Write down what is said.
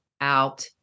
out